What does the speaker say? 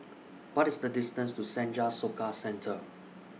What IS The distance to Senja Soka Centre